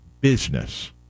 business